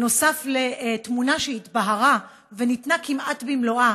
בנוסף לתמונה שהתבהרה וניתנה כמעט במלואה